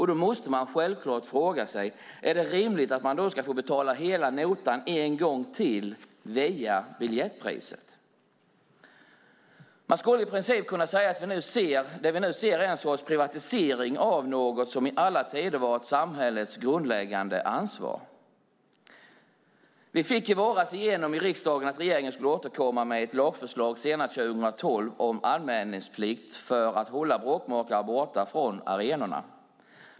Då måste man självklart fråga sig: Är det rimligt att man ska betala hela notan en gång till via biljettpriset? Man skulle i princip kunna säga att det vi nu ser är en sorts privatisering av något som i alla tider har varit samhällets grundläggande ansvar. Vi fick i våras igenom i riksdagen att regeringen skulle återkomma med ett lagförslag senast 2012 om anmälningsplikt för att hålla bråkmakare borta från arenorna.